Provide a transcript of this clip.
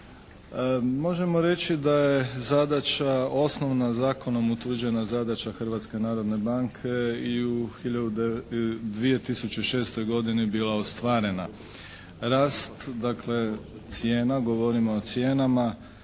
Možemo reći da je zadaća osnovna zakonom utvrđena zadaća Hrvatske narodne banke u 2006. godini bila ostvarena. Rast dakle cijena, govorimo o cijenama